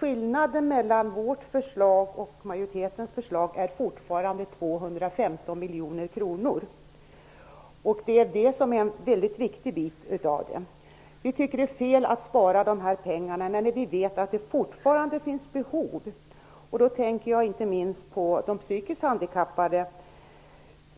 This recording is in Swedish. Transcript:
Skillnaden mellan vårt förslag och majoritetens är dock fortfarande 215 miljoner kronor. Det är en väldigt viktig bit. Vi tycker att det är fel att spara dessa pengar när vi vet att det fortfarande finns behov. Då tänker jag inte minst på de psykiskt handikappade